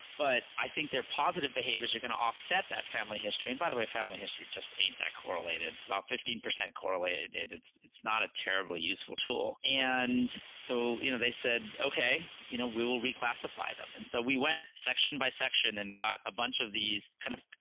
but i think their positive behaviors are going to offset that family history, and by the way family history just ain't that correlated. it's about fifteen percent correlated. it's it's not a terribly useful tool. and so you know they said okay, you know we will reclassify them. and so we went section by section and got a bunch of these kind of